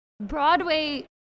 Broadway